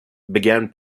began